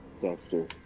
Dexter